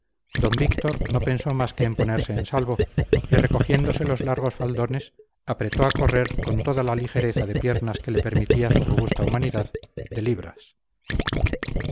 d víctor no pensó más que en ponerse en salvo y recogiéndose los largos faldones apretó a correr con toda la ligereza de piernas que le permitía su robusta humanidad de libras